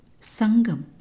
Sangam